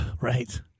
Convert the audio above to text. Right